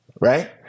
right